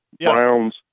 Browns